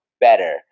better